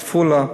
עפולה,